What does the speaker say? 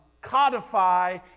codify